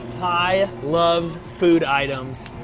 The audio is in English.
ty loves food items.